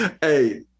Hey